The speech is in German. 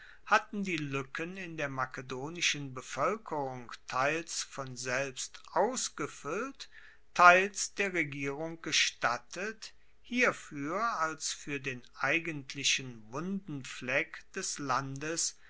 hatten die luecken in der makedonischen bevoelkerung teils von selbst ausgefuellt teils der regierung gestattet hierfuer als fuer den eigentlichen wunden fleck des landes